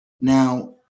now